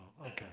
okay